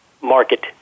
market